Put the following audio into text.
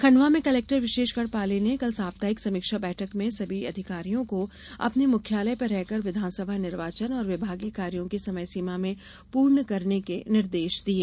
खड़वा में कलेक्टर विशेष गढ़पाले ने कल साप्ताहिक समीक्षा बैठक में सभी अधिकारियों को अपने मुख्यालय पर रहकर विधानसभा निर्वाचन और विभागीय कार्यों को समयसीमा में पूर्ण करने के निर्देश दिये